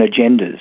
agendas